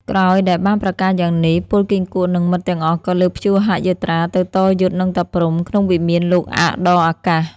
ក្រោយដែលបានប្រកាសយ៉ាងនេះ ពលគីង្គក់និងមិត្ត ទាំងអស់ក៏លើកព្យូហយាត្រាទៅតយុទ្ធនិងតាព្រហ្ម ក្នុងវិមានលោកព្ធដ៏អាកាស។